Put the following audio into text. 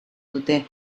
dute